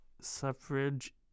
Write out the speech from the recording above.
suffrage